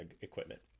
equipment